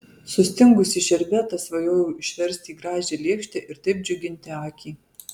sustingusį šerbetą svajojau išversti į gražią lėkštę ir taip džiuginti akį